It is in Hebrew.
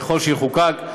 ככל שיחוקק.